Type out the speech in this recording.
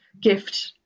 gift